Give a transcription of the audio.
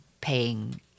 paying